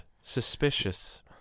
Suspicious